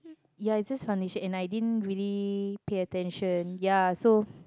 ya it's just foundation and I didn't really pay attention ya so